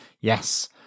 yes